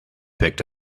picked